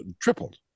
tripled